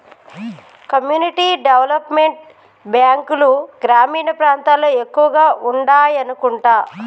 community development బ్యాంకులు గ్రామీణ ప్రాంతాల్లో ఎక్కువగా ఉండాయనుకుంటా